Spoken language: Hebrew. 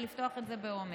ולפתוח את זה באומץ,